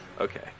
Okay